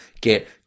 get